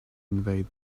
invade